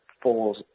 falls